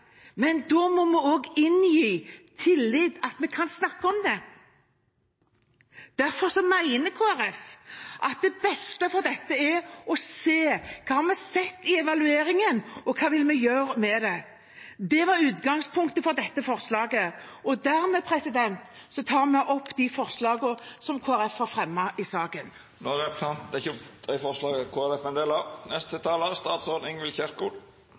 men da må vi også inngi tillit – at vi kan snakke om det. Derfor mener Kristelig Folkeparti at det beste er å se hva vi har funnet i evalueringen, og på hva vi vil gjøre med det. Det var utgangspunktet for dette forslaget. Jeg tar dermed opp det forslaget som Kristelig Folkeparti har fremmet i saken. Då har representanten Olaug Vervik Bollestad teke opp det forslaget ho refererte til. Det er